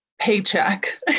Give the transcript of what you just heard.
paycheck